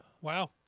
Wow